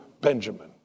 Benjamin